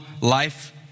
life